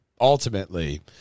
Ultimately